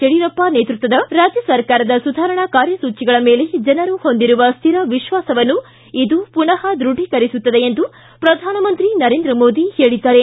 ಯಡಿಯೂರಪ್ಪ ಅವರ ನೇತೃತ್ವದ ರಾಜ್ಯ ಸರ್ಕಾರದ ಸುಧಾರಣಾ ಕಾರ್ಯಸೂಚಿಗಳ ಮೇಲೆ ಜನರು ಹೊಂದಿರುವ ಶ್ಯಿರ ವಿಶ್ವಾಸವನ್ನು ಇದು ಪುನ ದೃಢೀಕರಿಸುತ್ತದೆ ಎಂದು ಪ್ರಧಾನಮಂತ್ರಿ ನರೇಂದ್ರ ಮೋದಿ ಹೇಳಿದ್ದಾರೆ